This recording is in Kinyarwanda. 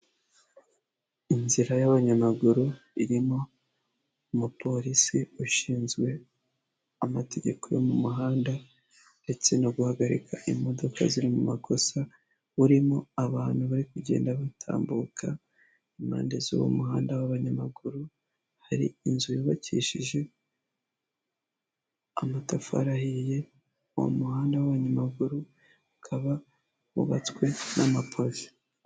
Inzira y'abanyamaguru irimo umupolisi ushinzwe amategeko yo mu muhanda, ndetse no guhagarika imodoka ziri mu makosa burimo abantu bari kugenda batambuka impande z'uwo muhanda w'abanyamaguru, hari inzu yubakishije amatafari ahiye uwo muhanda w'abanyamaguru ukaba wubatswe n'amapave.